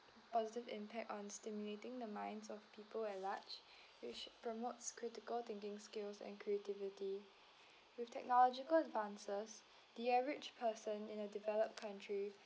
positive impact on stimulating the minds of people at large which promotes critical thinking skills and creativity with technological advances the average person in a developed country